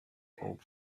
bulb